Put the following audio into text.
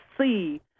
see